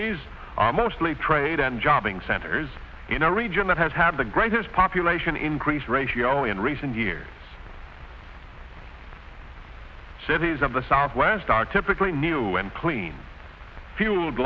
es are mostly trade and jobbing centers in a region that has had the greatest population increase ratio in recent years cities of the southwest are typically new and clean fuel